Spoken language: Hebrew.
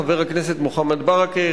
חבר הכנסת מוחמד ברכה,